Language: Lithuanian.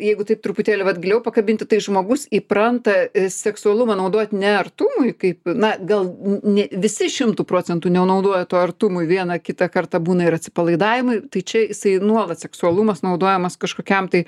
jeigu taip truputėlį vat giliau pakabinti tai žmogus įpranta i seksualumą naudot ne artumui kaip na gal ne visi šimtu procentų nenaudoja to artumui vieną kitą kartą būna ir atsipalaidavimui tai čia jisai nuolat seksualumas naudojamas kažkokiam tai